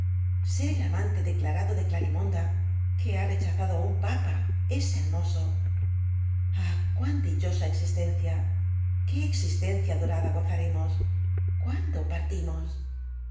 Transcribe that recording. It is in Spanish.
jserel amante declarado de clarimonda que ha rechazado á un papa es hermoso áh cuán dichosa existencia qué existencia dorada gozaremos cuándo par